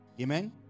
Amen